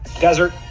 Desert